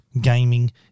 gaming